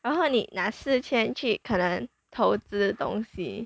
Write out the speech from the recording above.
然后你拿四千去可能投资东西